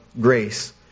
grace